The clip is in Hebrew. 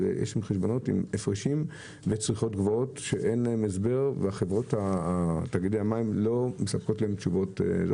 יש חשבוניות עם הפרשים שאין להם הסבר ותאגידי המים לא מספקים תשובות.